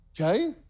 okay